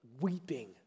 weeping